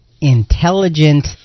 Intelligent